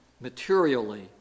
materially